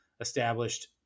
established